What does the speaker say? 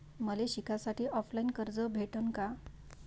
मले शिकासाठी ऑफलाईन कर्ज भेटन का?